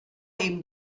ihm